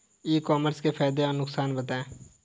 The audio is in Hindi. ई कॉमर्स के फायदे और नुकसान बताएँ?